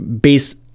base